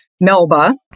Melba